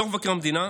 בדוח מבקר המדינה,